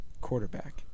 quarterback